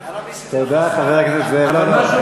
נסים, הרב נסים זאב, חס וחלילה, לא.